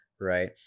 right